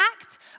act